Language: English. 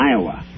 Iowa